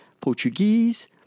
Portuguese